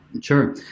Sure